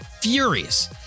furious